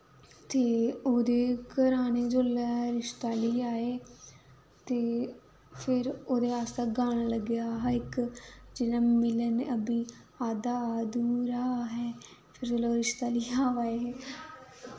ते ओह्दे घरै आह्ले जुल्लै रिश्ता लेइयै आए ते फिर ओह्दे आस्तै गाना लग्गेआ हा इक जियां मिलन अभी आधा अधूरा है जिसलै ओह् रिश्ता लेइयै अवा दे हे